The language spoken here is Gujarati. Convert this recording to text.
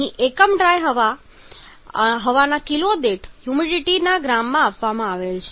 અહીં એકમ ડ્રાય હવાના કિલો દીઠ હ્યુમિડિટીના ગ્રામમાં આપવામાં આવે છે